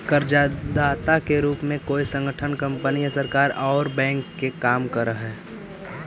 कर्जदाता के रूप में कोई संगठन कंपनी या सरकार औउर बैंक के काम करऽ हई